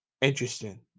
Interesting